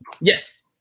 Yes